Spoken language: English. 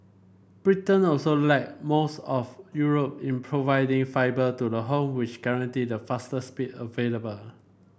Britain also lag most of Europe in providing fibre to the home which guarantee the fastest speed available